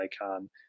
icon